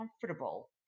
comfortable